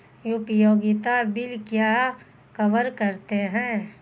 उपयोगिता बिल क्या कवर करते हैं?